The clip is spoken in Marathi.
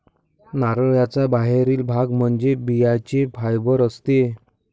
नारळाचा बाहेरील भाग म्हणजे बियांचे फायबर असते